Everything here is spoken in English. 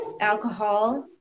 alcohol